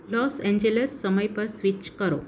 loss Angeles સમય પર switch કરો